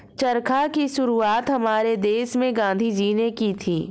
चरखा की शुरुआत हमारे देश में गांधी जी ने की थी